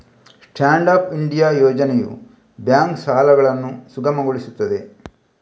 stand up India ಯೋಜನೆಯು bank ಸಾಲಗಳನ್ನು ಸುಗಮಗೊಳಿಸುತ್ತದೆ